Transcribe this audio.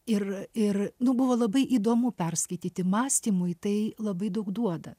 ir ir nu buvo labai įdomu perskaityti mąstymui tai labai daug duoda